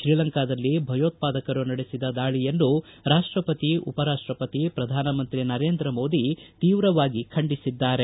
ಶ್ರೀಲಂಕಾದಲ್ಲಿ ಭಯೋತ್ಪಾದಕರು ನಡೆಸಿದ ದಾಳಿಯನ್ನು ರಾಪ್ಲಪತಿ ಉಪರಾಷ್ಲಪತಿ ಪ್ರಧಾನಮಂತ್ರಿ ನರೇಂದ್ರ ಮೋದಿ ತೀವ್ರವಾಗಿ ಖಂಡಿಸಿದ್ದಾರೆ